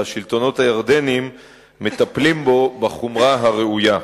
והשלטונות הירדניים מטפלים בו בחומרה הראויה.